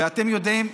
ואתם יודעים,